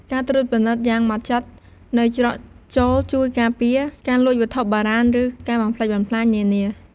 ការត្រួតពិនិត្យយ៉ាងហ្មត់ចត់នៅច្រកចូលជួយ ការពារការលួចវត្ថុបុរាណ ឬការបំផ្លិចបំផ្លាញ នានា។